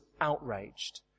outraged